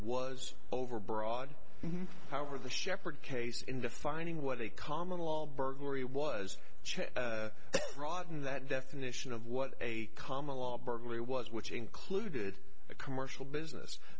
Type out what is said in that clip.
was over broad power the shepherd case in defining what a common law burglary was broad in that definition of what a common law burglary was which included a commercial business